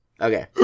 Okay